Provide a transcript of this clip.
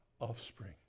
offspring